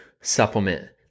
supplement